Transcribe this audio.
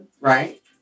Right